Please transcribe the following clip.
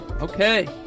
Okay